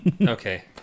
Okay